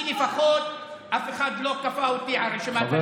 לפחות אף אחד לא כפה אותי על רשימת הליכוד,